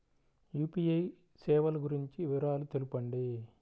UPI సేవలు గురించి వివరాలు తెలుపండి?